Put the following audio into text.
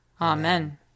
Amen